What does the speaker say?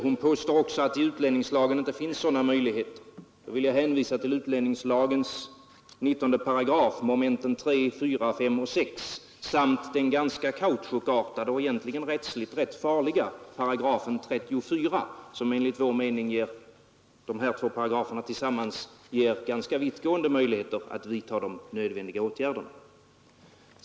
Hon påstår också att det i utlänningslagen inte finns sådana möjligheter. Då vill jag hänvisa till utlänningslagens 19 § punkterna 3, 4, 5 och 6 samt den rättsligt ganska farliga 34 §, vilka tillsammans ger rätt vittgående möjligheter att vidta de nödvändiga åtgärderna.